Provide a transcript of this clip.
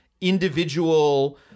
individual –